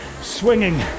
swinging